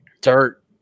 dirt